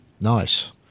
nice